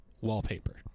wallpaper